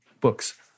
books